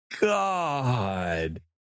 God